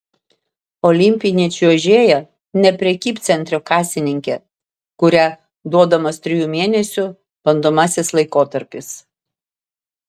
olimpinė čiuožėja ne prekybcentrio kasininkė kuria duodamas trijų mėnesių bandomasis laikotarpis